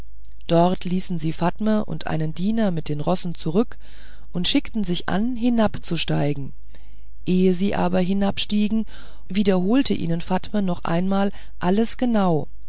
dort ließen sie fatme und einen diener mit den rossen zurück und schickten sich an hinabzusteigen ehe sie aber hinabstiegen wiederholte ihnen fatme noch einmal alles genau